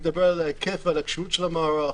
מדבר על ההיקף ועל הכשירות של המערך,